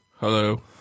Hello